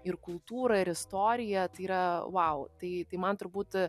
ir kultūrą ir istoriją tai yra vau tai tai man turbūt